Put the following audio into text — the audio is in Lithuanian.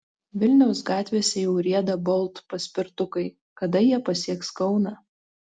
vilniaus gatvėse jau rieda bolt paspirtukai kada jie pasieks kauną